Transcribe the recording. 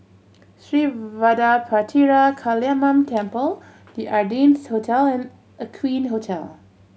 Sri Vadapathira Kaliamman Temple The Ardennes Hotel and Aqueen Hotel